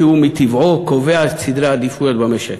כי הוא מטבעו קובע את סדרי העדיפויות במשק